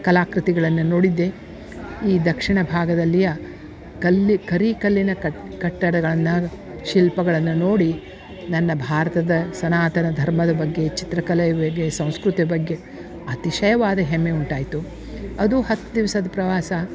ಕಲಾಕೃತಿಗಳನ್ನ ನೋಡಿದ್ದೆ ಈ ದಕ್ಷಿಣ ಭಾಗದಲ್ಲಿಯ ಕಲ್ಲಿ ಕರಿ ಕಲ್ಲಿನ ಕಟ್ ಕಟ್ಟಡಗಳನ್ನ ಶಿಲ್ಪಗಳನ್ನ ನೋಡಿ ನನ್ನ ಭಾರತದ ಸನಾತನ ಧರ್ಮದ ಬಗ್ಗೆ ಚಿತ್ರಕಲೆ ಬಗ್ಗೆ ಸಂಸ್ಕೃತಿ ಬಗ್ಗೆ ಅತಿಶಯವಾದ ಹೆಮ್ಮೆ ಉಂಟಾಯಿತು ಅದು ಹತ್ತು ದಿವ್ಸದ ಪ್ರವಾಸ